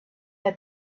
had